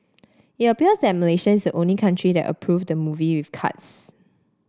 it appears that Malaysia is only country that approved the movie with cuts